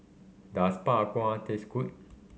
does Bak Kwa taste good